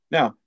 Now